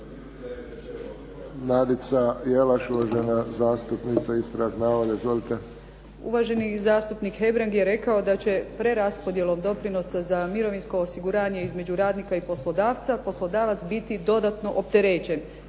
Nadica Jelaš, uvažena zastupnica, ispravak navoda. Izvolite. **Jelaš, Nadica (SDP)** Uvaženi zastupnik Hebrang je rekao da će preraspodjelom doprinosa za mirovinsko osiguranje između radnika i poslodavca poslodavac biti dodatno opterećen.